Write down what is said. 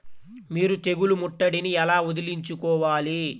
మీరు తెగులు ముట్టడిని ఎలా వదిలించుకోవాలి?